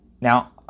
Now